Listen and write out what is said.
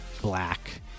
black